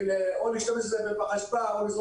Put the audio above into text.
אני אומר